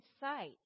sight